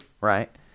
right